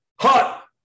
Hot